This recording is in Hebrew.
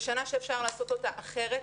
זו שנה שאפשר לעשות אותה אחרת,